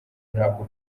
ntabwo